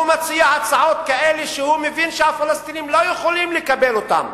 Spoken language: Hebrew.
הוא מציע הצעות כאלה שהוא מבין שהפלסטינים לא יכולים לקבל אותן,